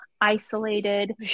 isolated